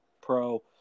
pro